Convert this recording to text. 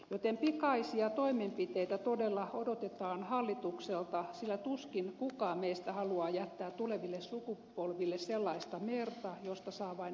eli pikaisia toimenpiteitä todella odotetaan hallitukselta sillä tuskin kukaan meistä haluaa jättää tuleville sukupolville sellaista merta josta saa vain syömäkelvotonta kalaa